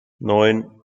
neun